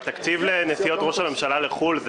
התקציב לנסיעות ראש הממשלה לחו"ל זה